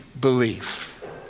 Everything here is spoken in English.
belief